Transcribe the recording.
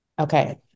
Okay